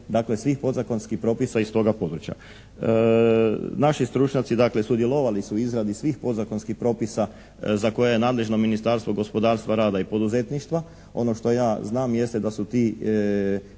svih podzakonskih propisa iz toga područja. Naši stručnjaci sudjelovali su u izradi svih podzakonskih propisa za koje je nadležno Ministarstvo gospodarstva, rada i poduzetništva. Ono što ja znam jeste da su ti